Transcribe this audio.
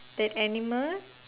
that animal